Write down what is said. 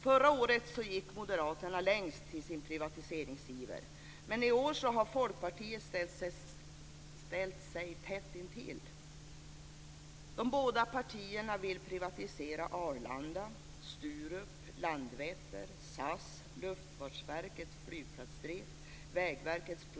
Förra året gick Moderaterna längst i sin privatiseringsiver, men i år har Folkpartiet ställt sig tätt intill.